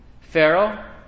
Pharaoh